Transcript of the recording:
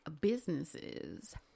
businesses